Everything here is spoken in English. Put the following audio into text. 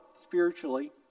spiritually